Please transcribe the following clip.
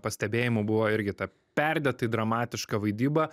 pastebėjimų buvo irgi ta perdėtai dramatiška vaidyba